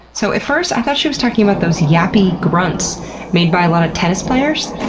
so, at first, i thought she was talking about those yappy grunts made by a lot of tennis players.